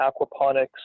aquaponics